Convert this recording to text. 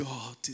God